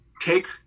take